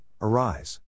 Arise